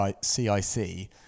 CIC